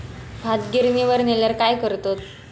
भात गिर्निवर नेल्यार काय करतत?